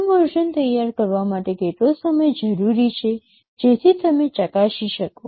પ્રથમ વર્ઝન તૈયાર થવા માટે કેટલો સમય જરૂરી છે જેથી તમે ચકાસી શકો